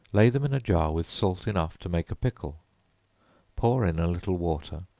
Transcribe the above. lay them in a jar with salt enough to make a pickle pour in a little water,